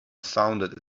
sounded